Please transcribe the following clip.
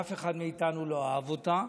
אף אחד מאיתנו לא אהב אותה.